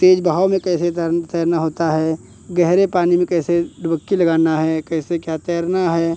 तेज बहाव में कैसे तैर तैरना होता है गहरे पानी में कैसे डुबकी लगाना है या कैसे क्या तैरना है